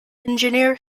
engineer